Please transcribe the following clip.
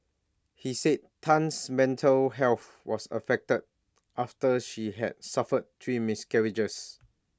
he said Tan's mental health was affected after she had suffered three miscarriages